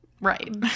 Right